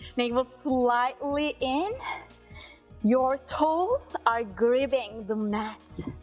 navel slightly in your toes are gripping the mat,